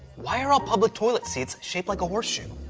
why are all public toilet seats shaped like a horseshoe?